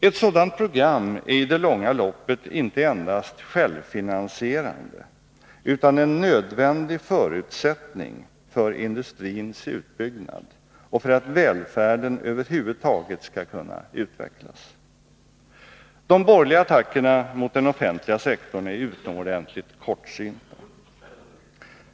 Ett sådant program är i det långa loppet inte endast självfinansierande, utan en nödvändig förutsättning för industrins utbyggnad och för att välfärden över huvud taget skall kunna utvecklas. De borgerliga attackerna mot den offentliga sektorn är utomordentligt kortsynta.